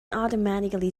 automatically